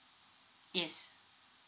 yes